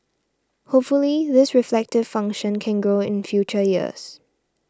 hopefully this reflective function can grow in future years